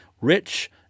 rich